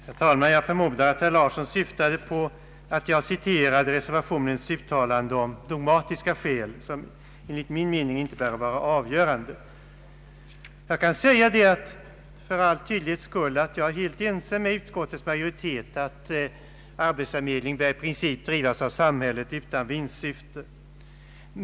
Herr talman! Jag förmodar att herr Larsson syftade på att jag citerade reservationens uttalande om dogmatiska skäl, som även enligt min mening inte bör vara avgörande. Jag är helt ense med utskottets majoritet om att arbetsförmedling i princip bör drivas av samhället utan vinstsyfte.